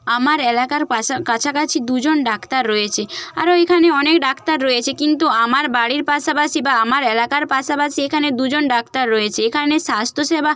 আমার এলাকার পাশা কাছাকাছি দুজন ডাক্তার রয়েছে আরও এইখানে অনেক ডাক্তার রয়েছে কিন্তু আমার বাড়ির পাশাপাশি বা আমার এলাকার পাশাপাশি এখানে দুজন ডাক্তার রয়েছে এখানে স্বাস্থ্যসেবা